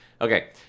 okay